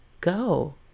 go